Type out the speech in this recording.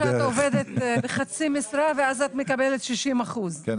זה כאילו שאת עובדת בחצי משרה ואז את מקבלת 60%. כן,